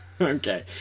Okay